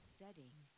setting